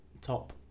top